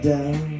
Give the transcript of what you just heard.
Down